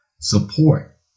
support